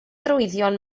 arwyddion